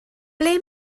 ble